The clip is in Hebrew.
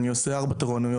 אני ממלא ארבע תורניות